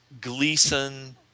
Gleason